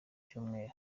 cyumweru